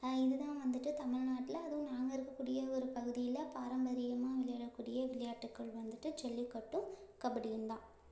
இதுதான் வந்துட்டு தமிழ்நாட்டில அதுவும் நாங்கள் இருக்கக்கூடிய ஒரு பகுதியில் பாரம்பரியமாக விளையாடக்கூடிய விளையாட்டுக்கள் வந்துட்டு ஜல்லிக்கட்டும் கபடியும் தான்